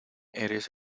eres